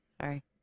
sorry